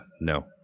no